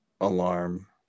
alarm